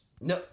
no